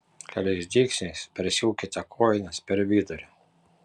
keliais dygsniais persiūkite kojines per vidurį